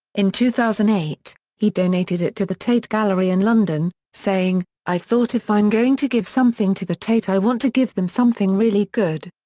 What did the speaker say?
in two thousand and eight, he donated it to the tate gallery in london, saying i thought if i'm going to give something to the tate i want to give them something really good.